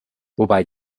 wobei